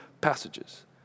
passages